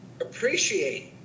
appreciate